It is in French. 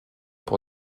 pour